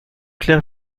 clair